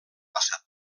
passat